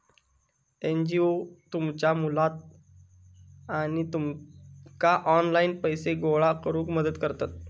NGO तुमच्या मुलाक आणि तुमका ऑनलाइन पैसे गोळा करूक मदत करतत